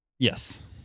Yes